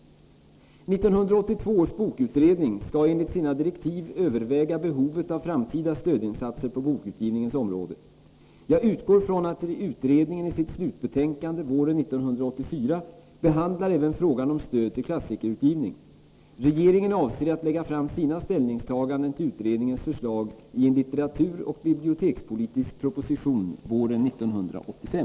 1982 års bokutredning skall enligt sina direktiv överväga behovet av framtida stödinsatser på bokutgivningens område. Jag utgår från att utredningen i sitt slutbetänkande våren 1984 behandlar även frågan om stöd till klassikerutgivning. Regeringen avser att lägga fram sina ställningstaganden till utredningens förslag i en litteraturoch bibliotekspolitisk proposition våren 1985.